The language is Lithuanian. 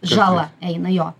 žala eina jo